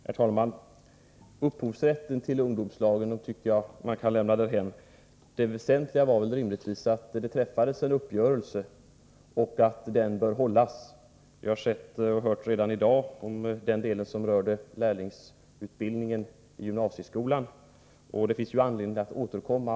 Herr talman! Upphovsrätten till ungdomslagen tycker jag att man kan lämna därhän. Det väsentliga är rimligtvis att det träffades en uppgörelse och att den bör hållas. Vi har hört i dag om den delen som rör lärlingsutbildningen i gymnasieskolan, och det finns anledning att återkomma.